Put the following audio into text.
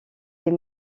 des